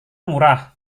murah